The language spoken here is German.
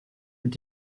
mit